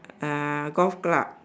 ah golf club